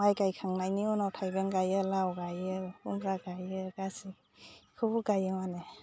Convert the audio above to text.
माय गायखांनायनि उनाव थायबें गायो लाव गायो खुमब्रा गायो गासिबखौबो गायो माने